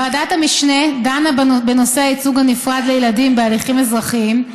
ועדת המשנה דנה בנושא הייצוג הנפרד לילדים בהליכים אזרחיים,